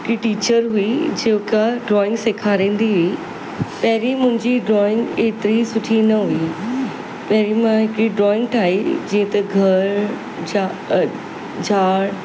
हिकु टीचर हुई जेका ड्रॉइंग सेखारींदी हुई पहिरीं मुंहिंजी ड्रॉइंग एतिरी सुठी न हुई पहिरीं मां हिकिड़ी ड्रॉइंग ठाही जीअं त घर झाड़